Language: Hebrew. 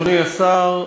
אדוני השר,